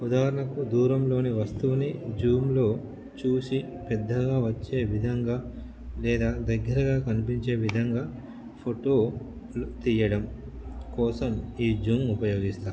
ఉదాహరణకు దూరంలోని వస్తువుని జూమ్లో చూసి పెద్దగా వచ్చే విధంగా లేదా దగ్గరగా కనిపించే విధంగా ఫొటో ల్ తీయడం కోసం ఈ జూమ్ ఉపయోగిస్తాను